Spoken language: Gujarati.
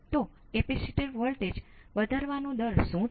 તેથી સ્ટડિ સ્ટેટ શું છે